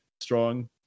strong